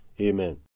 Amen